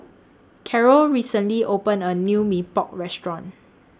Carol recently opened A New Mee Pok Restaurant